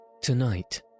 tonight